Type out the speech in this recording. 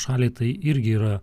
šaliai tai irgi yra